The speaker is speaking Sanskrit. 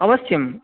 अवश्यम्